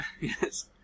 Yes